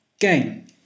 Game